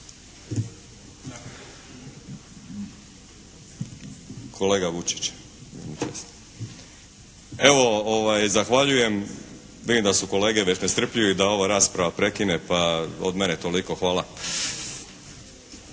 Moldavije i sl. Evo zahvaljujem, vidim da su kolege već nestrpljivi da ova rasprava prekine, pa od mene toliko. Hvala.